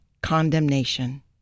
condemnation